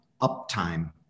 uptime